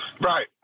Right